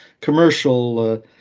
commercial